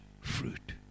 fruit